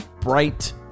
bright